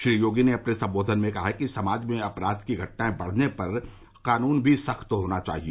श्री योगी ने अपने संबोधन में कहा कि समाज में अपराध की घटनाएं बढ़ने पर कानून भी सख्त होना चाहिए